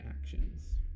actions